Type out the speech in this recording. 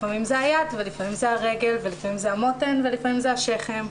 לפעמים זה היד ולפעמים זה הרגל ולפעמים זה המותן ולפעמים זה השכם,